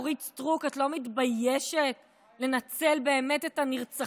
אורית סטרוק, את לא מתביישת לנצל את הנרצחים,